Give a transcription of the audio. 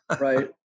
Right